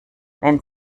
wenn